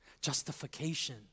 Justification